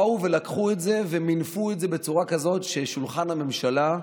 הם באו ולקחו את זה ומינפו את זה בצורה כזאת ששולחן המליאה,